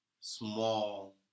small